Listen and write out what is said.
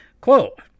Quote